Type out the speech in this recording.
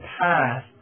path